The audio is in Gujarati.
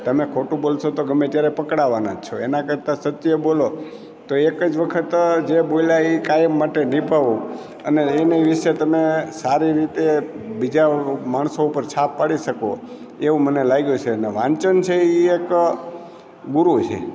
તમે ખોટું બોલશો તો ગમે ત્યારે પકડાવાના જ છો એના કરતાં સત્ય બોલો તો એક જ વખત જે બોલ્યા એ કાયમ માટે નિભાવો અને એની વિશે તમે સારી રીતે બીજા માણસો ઉપર છાપ પાડી શકો એવું મને લાગ્યું છે અને વાંચન છે એ એક ગુરુ છે